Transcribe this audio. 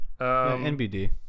nbd